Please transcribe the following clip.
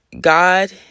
God